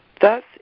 Thus